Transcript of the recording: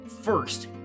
first